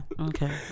okay